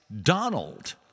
Donald